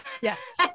Yes